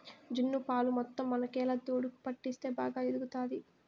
జున్ను పాలు మొత్తం మనకేలా దూడకు పట్టిస్తే బాగా ఎదుగుతాది